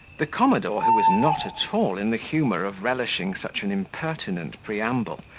the commodore, who was not at all in the humour of relishing such an impertinent preamble,